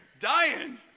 dying